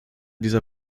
dieser